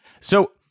So-